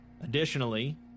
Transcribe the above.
Additionally